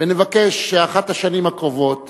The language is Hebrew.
ונבקש שאחת השנים הקרובות